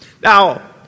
Now